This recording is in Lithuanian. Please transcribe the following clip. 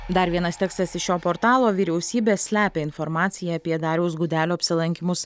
dar vienas tekstas iš šio portalo vyriausybė slepia informaciją apie dariaus gudelio apsilankymus